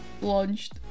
launched